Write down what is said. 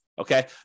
Okay